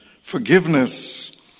forgiveness